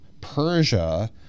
Persia